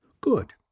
Good